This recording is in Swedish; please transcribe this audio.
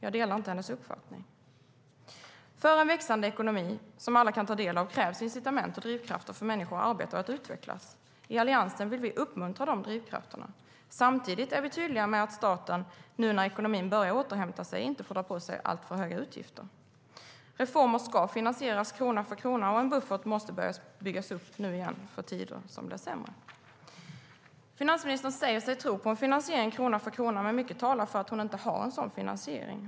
Jag delar inte den uppfattningen. Finansministern säger sig tro på en finansiering krona för krona. Men mycket talar för att hon inte har en sådan finansiering.